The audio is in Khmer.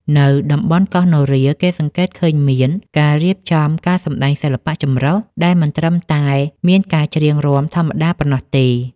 នៅតំបន់កោះនរា គេសង្កេតឃើញមានការរៀបចំការសម្តែងសិល្បៈចម្រុះ ដែលមិនត្រឹមតែមានការច្រៀងរាំធម្មតាប៉ុណ្ណោះទេ។